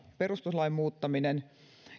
perustuslain muuttaminen